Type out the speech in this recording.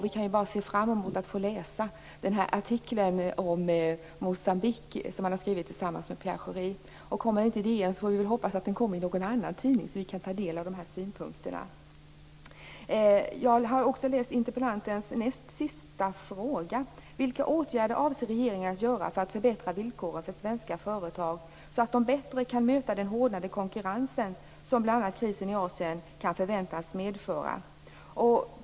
Vi kan bara se fram emot att få läsa artikeln om Moçambique, som han har skrivit tillsammans med Pierre Schori. Publiceras den inte i DN får vi hoppas att den gör det i någon annan tidning, så att vi kan ta del av synpunkterna. Jag har läst interpellantens näst sista fråga: "Vilka åtgärder avser regeringen att göra för att förbättra villkoren för svenska företag så att de bättre kan möta den hårdnande konkurrens, som bl.a. krisen i Asien kan förväntas medföra?"